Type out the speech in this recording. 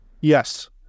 yes